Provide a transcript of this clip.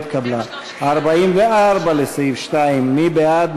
44 לסעיף 2, מי בעד?